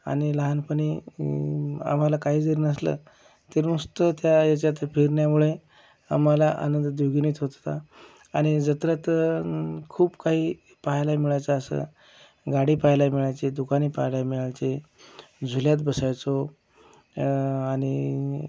आणि लहानपणी आम्हाला काही जरी नसलं तरी नुसतं त्या ह्याच्यात फिरण्यामुळे आम्हाला आनंद द्विगुणित होत होता आणि जत्रेत खूप काही पहायला मिळायचं असं गाडी पहायला मिळायची दुकाने पहायला मिळायचे झुल्यात बसायचो आणि